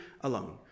alone